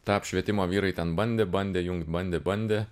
tą apšvietimą vyrai ten bandė bandė jungt bandė bandė